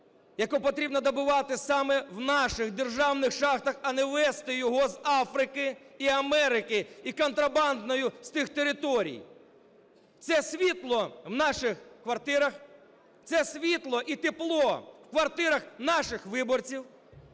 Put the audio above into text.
яке потрібно добувати саме в наших державних шахтах, а не вести його з Африки і Америки і контрабандою з тих територій – це світло в наших квартирах, це світло і тепло в квартирах наших виборців,